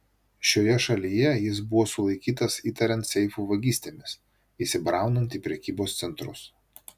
šioje šalyje jis buvo sulaikytas įtariant seifų vagystėmis įsibraunant į prekybos centrus